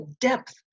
depth